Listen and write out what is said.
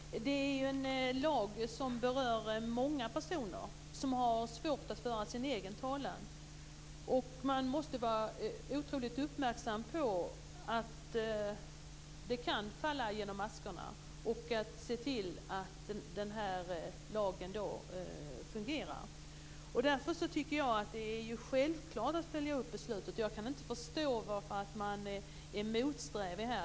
Fru talman! Det här är en lag som berör många personer som har svårt att föra sin egen talan. Man måste vara otroligt uppmärksam på att det går att falla genom maskorna, och man måste se till att lagen fungerar. Därför tycker jag att det är självklart att man skall följa upp beslutet. Jag kan inte förstå varför man är motsträvig.